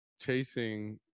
chasing